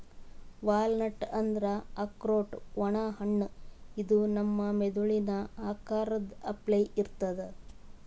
walnut ಅಂದ್ರ ಆಕ್ರೋಟ್ ಒಣ ಹಣ್ಣ ಇದು ನಮ್ ಮೆದಳಿನ್ ಆಕಾರದ್ ಅಪ್ಲೆ ಇರ್ತದ್